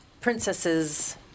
princesses